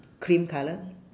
cream colour